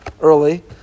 early